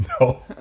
No